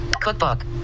cookbook